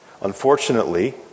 Unfortunately